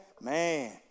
Man